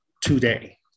today